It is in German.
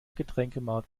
getränkemarkt